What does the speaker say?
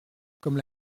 comme